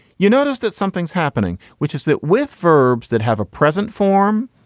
you notice that something's happening, which is that with verbs that have a present form,